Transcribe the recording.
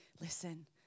listen